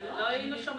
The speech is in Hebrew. שהוצאו